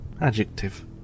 Adjective